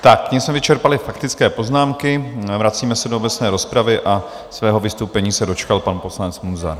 Tak tím jsme vyčerpali faktické poznámky, vracíme se do obecné rozpravy a svého vystoupení se dočkal pan poslanec Munzar.